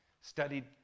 Studied